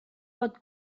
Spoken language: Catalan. pot